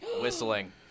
Whistling